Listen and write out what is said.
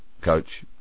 coach